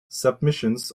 submissions